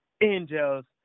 angels